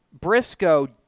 Briscoe